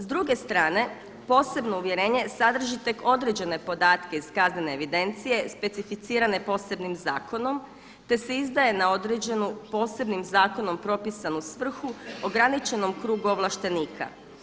S druge strane posebno uvjerenje sadrži tek određene podatke iz kaznene evidencije, specificirane posebnim zakonom, te se izdaje na određenu posebnim zakonom propisanu svrhu ograničenom krugu ovlaštenika.